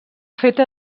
feta